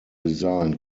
design